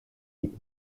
liep